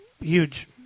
huge